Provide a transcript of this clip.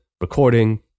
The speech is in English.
recording